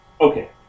okay